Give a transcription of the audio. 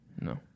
No